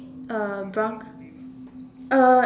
uh brown uh